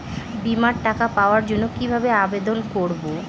বিমার টাকা পাওয়ার জন্য কিভাবে আবেদন করব?